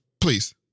Please